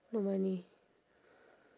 no money